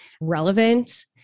relevant